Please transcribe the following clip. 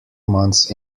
months